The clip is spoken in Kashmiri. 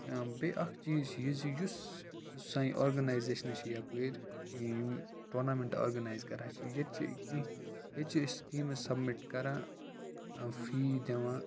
بیٚیہِ اَکھ چیٖز چھِ یہِ زِ یُس سانہِ آرگنایزیشنہٕ چھِ یَپٲرۍ یِم ٹورنامنٹہٕ آرگنایز کَران چھِ ییٚتہِ چھِ کینٛہہ ییٚتہِ چھِ أسۍ ٹیٖمہٕ سَبمِٹ کَران فی دِوان